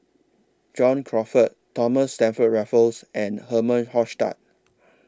John Crawfurd Thomas Stamford Raffles and Herman Hochstadt